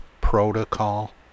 protocol